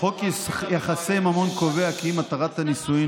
חוק יחסי ממון קובע כי עם התרת הנישואים